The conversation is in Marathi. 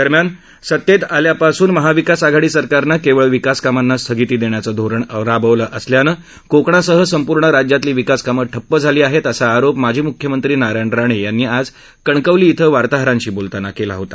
दरम्यान सत्तेत आल्यापासून महाविकास आघाडी सरकारनं केवळ विकासकामांना स्थगिती देण्याचं धोरण राबवलं असल्यानं कोकणासह संपूर्ण राज्यातली विकासकामं ठप्प झाली आहेत असा आरोप माजी मुख्यमंत्री नारायण राणे यांनी आज कणकवली इथं वार्ताहरांशी बोलताना केला होता